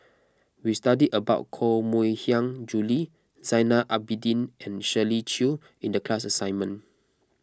we studied about Koh Mui Hiang Julie Zainal Abidin and Shirley Chew in the class assignment